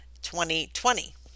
2020